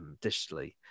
digitally